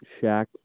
Shaq